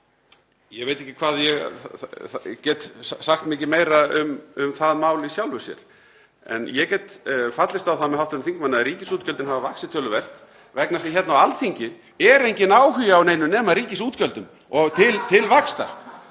Ég veit ekki hvað ég get sagt mikið meira um það mál í sjálfu sér. En ég get fallist á það með hv. þingmanni að ríkisútgjöldin hafa vaxið töluvert vegna þess að hér á Alþingi er enginn áhugi á neinu nema ríkisútgjöldum og til vaxtar.